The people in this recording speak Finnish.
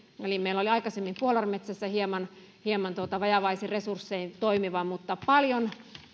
meillä oli aikaisemmin puolarmetsässä hieman hieman vajavaisin resurssein toimiva mutta tehtiin